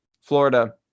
florida